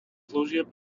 služieb